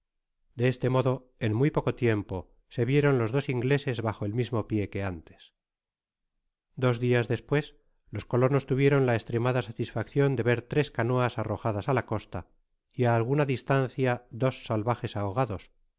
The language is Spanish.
de este modo en muy poco tiempo se vieron los dos ingleses bajo el mismo pié que antes dos dias despues los colonos tuvieron la estremada satisfaccion de ver tres canoas arrojadas á la costa y á alguna distancia dos salvajes ahogados